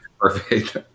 Perfect